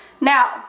Now